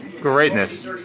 greatness